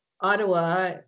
Ottawa